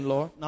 Lord